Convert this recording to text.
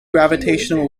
gravitational